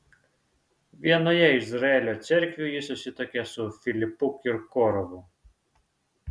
vienoje izraelio cerkvių ji susituokė su filipu kirkorovu